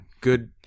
Good